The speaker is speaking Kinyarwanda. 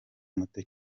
muto